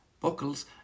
buckles